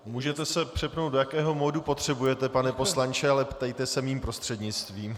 Můžete se přepnout, do jakého modu potřebujete, pane poslanče, ale ptejte se mým prostřednictvím.